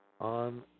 on